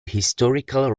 historical